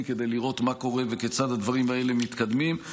כדי לראות מה קורה וכיצד הדברים האלה מתקדמים.